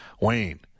Wayne